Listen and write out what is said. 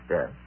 Yes